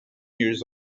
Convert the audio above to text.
years